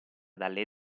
dalle